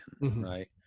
right